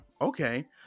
okay